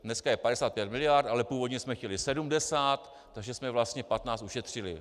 Dneska je 55 mld., ale původně jsme chtěli 70, takže jsme vlastně 15 ušetřili.